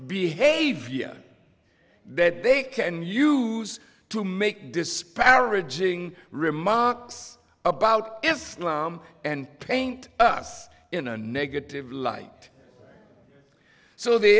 behavior that they can use to make disparaging remarks about islam and paint us in a negative light so the